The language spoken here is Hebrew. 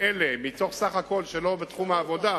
מתוך סך הכול שלא נמצאים בתחום העבודה,